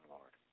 Lord